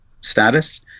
status